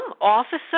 officer